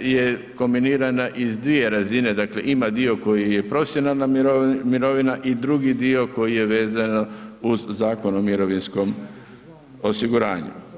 je kombinirana iz dvije razine, dakle ima dio koji je profesionalna mirovina i drugi dio koji je vezano uz Zakon o mirovinskom osiguranju.